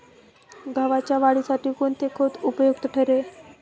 गव्हाच्या वाढीसाठी कोणते खत उपयुक्त ठरेल?